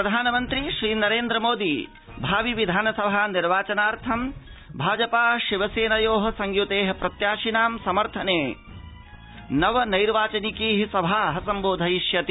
प्रधानमन्त्री श्रीनरेन्द्रमोदी महाराष्ट्रे भावि विधानसभा निर्वाचनाथं भाजपा शिवसेनयोः संयुतेः प्रत्याशिनां समर्थने नव नैर्वाचनिकीः जनसभाः सम्बोधयिष्यति